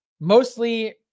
mostly